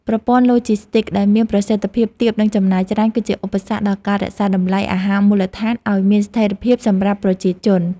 ប្រព័ន្ធឡូជីស្ទិកដែលមានប្រសិទ្ធភាពទាបនិងចំណាយច្រើន គឺជាឧបសគ្គដល់ការរក្សាតម្លៃអាហារមូលដ្ឋានឱ្យមានស្ថិរភាពសម្រាប់ប្រជាជន។